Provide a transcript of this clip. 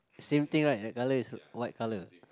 same thing right the colour is white colour